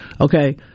okay